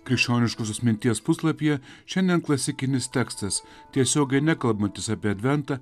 krikščioniškosios minties puslapyje šiandien klasikinis tekstas tiesiogiai nekalbantis apie adventą